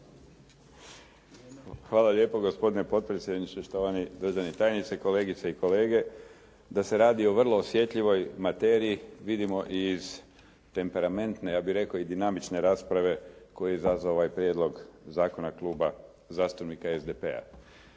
Hvala lijepo gospodine potpredsjedniče, štovani državni tajnici, kolegice i kolege. Da se radi o vrlo osjetljivoj materiji vidimo i iz temperamentne ja bih rekao i dinamične rasprave koju je izazvao ovaj Prijedlog zakona kluba zastupnika SDP-a.